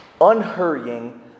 unhurrying